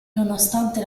nonostante